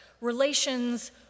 relations